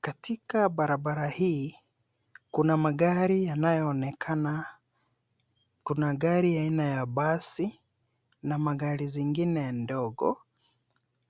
Katika barabara hii, kuna magari yanayoonekana. Kuna gari aina ya basi na magari zingine ndogo.